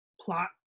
plot